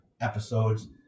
episodes